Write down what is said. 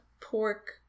pork